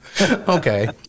Okay